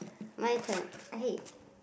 my turn hey